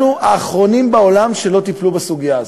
אנחנו האחרונים בעולם שלא טיפלו בסוגיה הזאת.